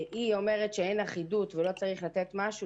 אומרת שאין אחידות ולא צריך לתת משהו